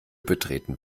betreten